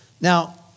Now